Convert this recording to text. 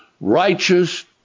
Righteous